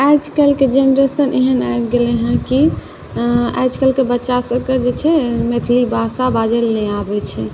आजकलके जेनेरशन एहन आबि गेलै हँ कि आजकलके बच्चासबके जे छै मैथिली भाषा बाजैलए नहि आबै छै